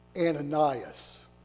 ananias